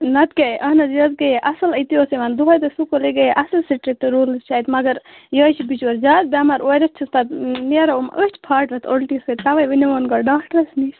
نَتہٕ کیٛاہ اَہن حظ یہِ حظ گٔیے اَصٕل أتی اوس یِوان دۄہَے تہٕ سٕکوٗل یہِ گٔیے اَصٕل سِٹِرٛکٹ روٗلٕز چھِ اَتہِ مگر یہِ حظ چھِ بِچور زیادٕ بٮ۪مار اورٕ یِتھ چھُس پَتہٕ نیران یِم أچھ پھاٹوِتھ اُلٹی سۭتۍ تَوَے وۄنۍ نِمون گۄڈٕ ڈاکٹرَس نِش